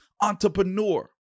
entrepreneur